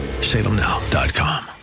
Salemnow.com